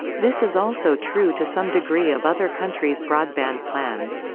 this is also true to some degree of other countries' broadband plans.